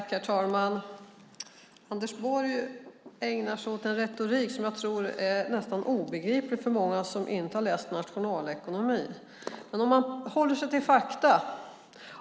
Herr talman! Anders Borg ägnar sig åt en retorik som jag tror är nästan obegriplig för den som inte läst nationalekonomi. Låt oss hålla oss till fakta.